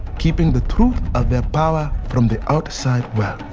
keeping the truth of their power from the outside world.